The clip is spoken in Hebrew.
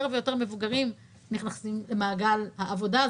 ויותר מבוגרים נכנסים למעגל העבודה.